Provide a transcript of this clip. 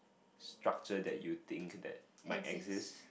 structure that you think that might exist